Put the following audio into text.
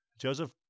Joseph